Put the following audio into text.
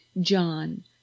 john